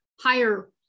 higher